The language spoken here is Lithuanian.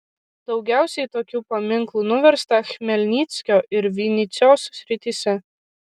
daugiausiai tokių paminklų nuversta chmelnyckio ir vinycios srityse